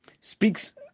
speaks